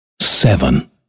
seven